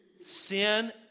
Sin